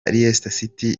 leicester